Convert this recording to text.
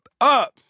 up